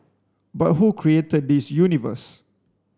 but who created this universe